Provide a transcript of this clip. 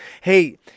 hey